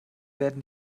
werden